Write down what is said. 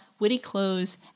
wittyclothes